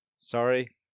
sorry